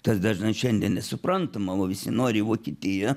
tas dažnai šiandien nesuprantama visi nori į vokietiją